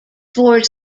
four